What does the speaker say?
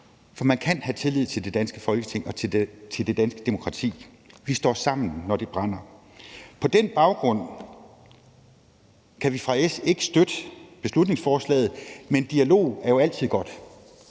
for man kan have tillid til det danske Folketing og til det danske demokrati. Vi står sammen, når det brænder. På den baggrund kan vi fra Socialdemokratiets side ikke støtte beslutningsforslaget, men dialog er jo altid godt.